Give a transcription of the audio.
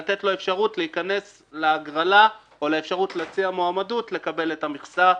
לתת לו אפשרות להיכנס להגרלה או אפשרות להציע מועמדות לקבל את המכסה,